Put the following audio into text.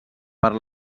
per